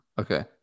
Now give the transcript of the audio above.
Okay